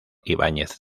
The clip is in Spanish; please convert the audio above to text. ibáñez